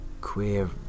Queer